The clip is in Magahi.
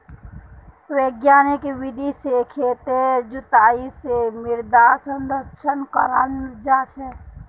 वैज्ञानिक विधि से खेतेर जुताई से मृदा संरक्षण कराल जा छे